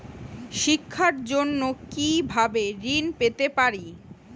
শিক্ষার জন্য কি ভাবে ঋণ পেতে পারি?